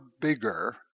bigger